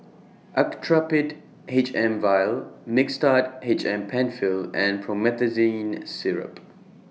Actrapid H M Vial Mixtard H M PenFill and Promethazine Syrup